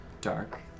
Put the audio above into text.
dark